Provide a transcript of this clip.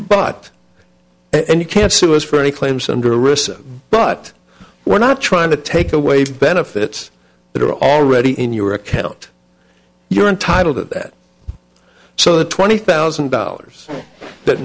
but and you can sue us for any claims under risk but we're not trying to take away benefits that are already in your account you're entitled to that so the twenty thousand dollars that